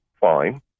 fine